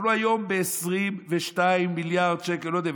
אנחנו היום ב-22 מיליארד שקל עודף.